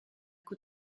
coup